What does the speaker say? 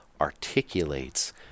articulates